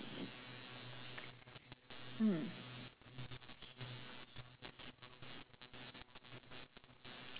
hmm